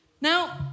Now